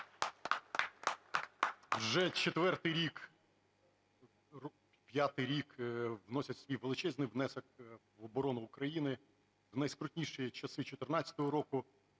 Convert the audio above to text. вже четвертий рік, п'ятий рік вносять свій величезний внесок в оборону України, в найскрутніші часи 14-го року